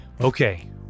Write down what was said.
Okay